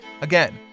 Again